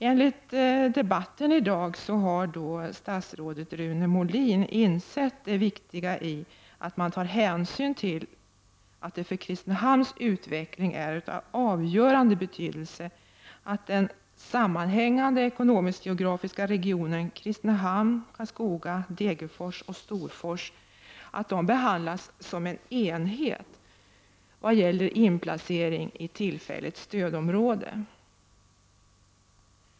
Enligt debatten i dag har Rune Molin insett att det är viktigt att man tar hänsyn till att det för Kristinehamns utveckling är av avgörande betydelse att den sammanhängande ekonomisk-geografiska regionen Kristinehamn, Karlskoga, Degerfors och Storfors behandlas som en enhet vad gäller inplacering itillfälligt stödområde.